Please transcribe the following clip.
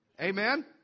Amen